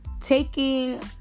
taking